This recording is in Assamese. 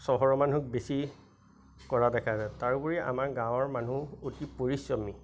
চহৰৰ মানুহক বেছি কৰা দেখা যায় তাৰোপৰি আমাৰ গাঁৱৰ মানুহ অতি পৰিশ্ৰমী